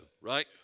right